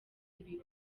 ibi